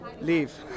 Leave